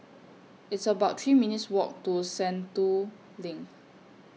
It's about three minutes' Walk to Sentul LINK